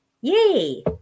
Yay